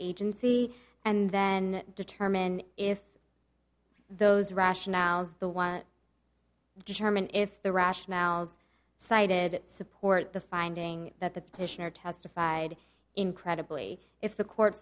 agency and then determine if those rationales the one determine if the rationales cited support the finding that the petitioner testified incredibly if the court